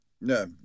No